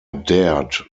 dared